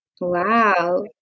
Wow